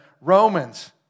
Romans